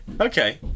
Okay